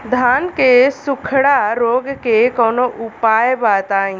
धान के सुखड़ा रोग के कौनोउपाय बताई?